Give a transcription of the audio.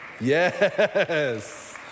Yes